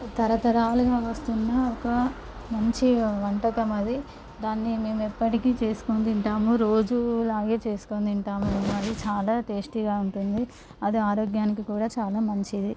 తరతరాలుగా వస్తున్న ఒక మంచి వంటకం అది దాన్ని మేము ఎప్పటికీ చేసుకొని తింటాము రోజు మేము చేసుకొని తింటాము అది చాలా టేస్ట్గా ఉంటుంది అది ఆరోగ్యానికి కూడా చాలా మంచిది